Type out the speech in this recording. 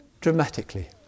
dramatically